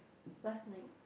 last night